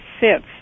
sits